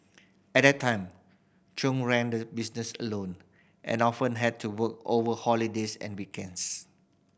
at that time Chung ran the business alone and often had to work over holidays and weekends